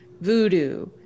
voodoo